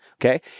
Okay